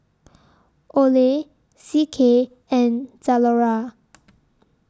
Olay C K and Zalora